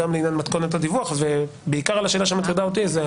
גם לעניין מתכונת הדיווח ובעיקר על השאלה שמטרידה אותי.